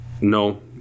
No